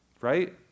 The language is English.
right